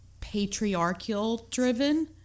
patriarchal-driven